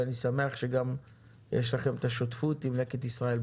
ואני שמח שיש לכם שותפות עם לקט ישראל.